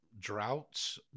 Droughts